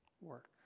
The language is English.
work